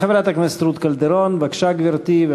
חברת הכנסת רות קלדרון, בבקשה, גברתי.